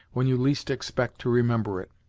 when you least expect to remember it.